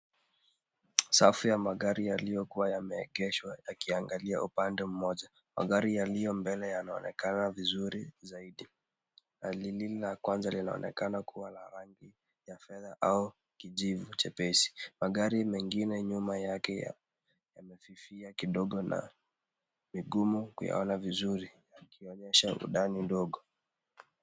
Safu ya magari yaliyokua yameegeshwa yakiangalia upande mmoja. Magari yaliyo mbele yanaonekana vizuri zaidi. Gari hili la kwanza linaonekana kuwa na rangi ya fedha au kijivu chepesi. Magari mengine nyuma yake yamefifia kidogo na ni ngumu kuyaona vizuri yakionyesha undani ndogo.